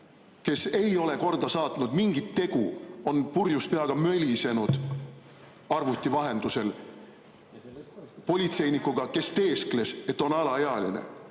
kes ei ole korda saatnud mingit tegu, on purjus peaga mölisenud arvuti vahendusel politseinikuga, kes teeskles, et on alaealine.